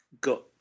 got